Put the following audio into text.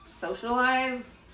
socialize